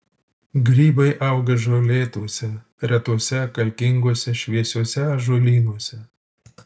grybai auga žolėtuose retuose kalkinguose šviesiuose ąžuolynuose